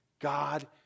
God